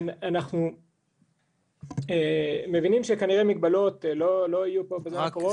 אנחנו מבינים שכנראה לא יהיו פה מגבלות בזמן הקרוב.